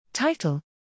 Title